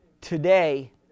Today